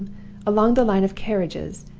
along the line of carriages,